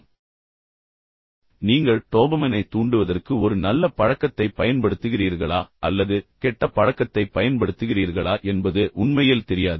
இப்போது இந்த டோபமைனைப் பற்றிய விஷயம் என்னவென்றால் நீங்கள் அதைத் தூண்டுவதற்கு ஒரு நல்ல பழக்கத்தைப் பயன்படுத்துகிறீர்களா அல்லது கெட்ட பழக்கத்தைப் பயன்படுத்துகிறீர்களா என்பது உண்மையில் தெரியாது